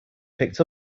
picked